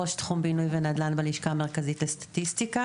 ראש תחום בינוי ונדל"ן בלשכה המרכזית לסטטיסטיקה.